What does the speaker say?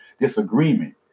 disagreement